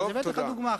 אז הבאתי לך דוגמה.